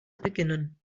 beginnen